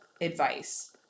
advice